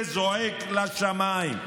זה זועק לשמיים.